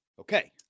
Okay